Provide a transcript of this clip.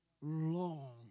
long